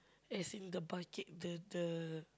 as in the bucket the the